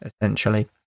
essentially